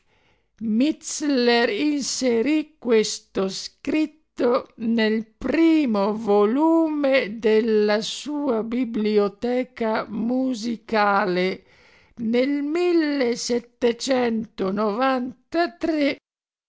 inserì questo scritto nel primo volume della sua biblioteca musicale nel